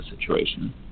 situation